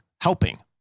helping